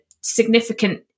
significant